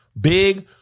big